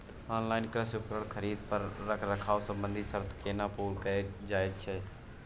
Online कृषि उपकरण खरीद पर रखरखाव संबंधी सर्त केना पूरा कैल जायत छै?